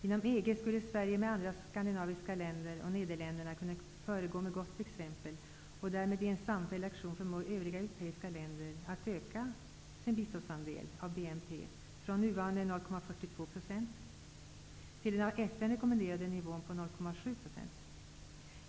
Inom EG skulle Sverige tillsammans med andra skandinaviska länder och Nederländerna kunna föregå med gott exempel och därmed i en samfälld aktion förmå övriga europeiska länder att öka sin andel av BNP till bistånd från nuvarande 0,42 % till den av FN rekommenderade nivån på 0,7 %.